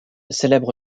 célèbre